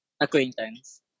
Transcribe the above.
Acquaintance